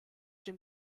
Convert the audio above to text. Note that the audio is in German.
dem